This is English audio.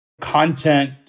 content